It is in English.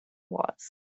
was